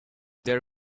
their